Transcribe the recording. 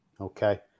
okay